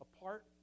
apart